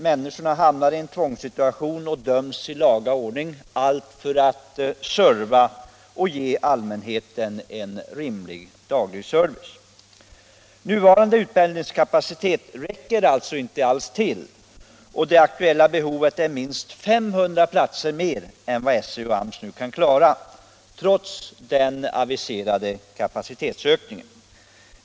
Människorna hamnar i en tvångssituation och döms i laga ordning, när de anstränger sig för att ge allmänheten den erforderliga servicen. Nuvarande utbildningskapacitet räcker alltså inte alls till. Det aktuella behovet är minst 500 platser mer än vad skolöverstyrelsen och AMS nu kan klara, trots den aviserade kapacitetsökningen.